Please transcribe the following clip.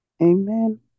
Amen